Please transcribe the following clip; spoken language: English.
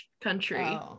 country